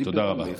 תודה רבה.